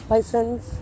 License